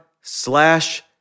slash